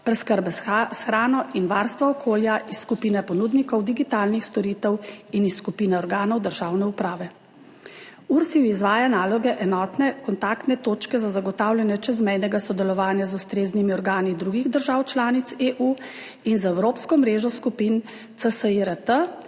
preskrbe s hrano in varstva okolja iz skupine ponudnikov digitalnih storitev in iz skupine organov državne uprave. URSIV izvaja naloge enotne kontaktne točke za zagotavljanje čezmejnega sodelovanja z ustreznimi organi drugih držav članic EU in z evropsko mrežo skupin CSIRT